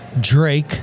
Drake